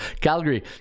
Calgary